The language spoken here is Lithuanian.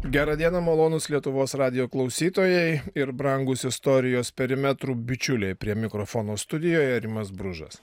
gerą dieną malonūs lietuvos radijo klausytojai ir brangūs istorijos perimetrų bičiuliai prie mikrofono studijoje rimas bružas